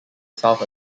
south